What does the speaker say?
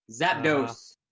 zapdos